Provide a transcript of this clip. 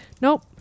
nope